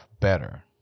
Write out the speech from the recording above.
better